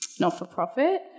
not-for-profit